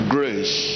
Grace